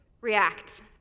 react